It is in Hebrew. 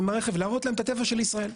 עם הרכב להראות להם את הטבע של ישראל.